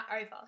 over